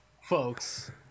Folks